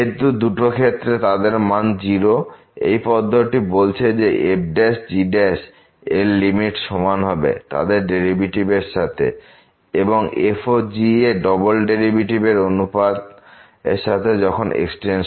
যেহেতু দুটো ক্ষেত্রে তাদের মান 0 এবং পদ্ধতিটি বলছে যে f g এর লিমিট সমান হবে তাদের ডেরিভেটিভ এর সাথে এবং f ও g এর ডবল ডেরিভেটিভ এর অনুপাতের সাথে যখন x→a